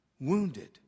wounded